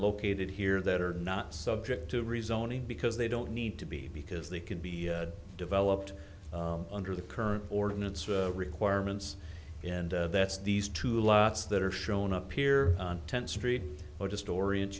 located here that are not subject to rezoning because they don't need to be because they can be developed under the current ordinance requirements and that's these two lots that are shown up here on tenth street or just orient